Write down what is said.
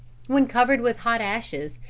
when covered with hot ashes,